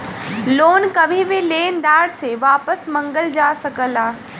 loan कभी भी लेनदार से वापस मंगल जा सकला